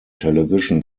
television